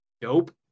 dope